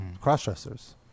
cross-dressers